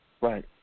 Right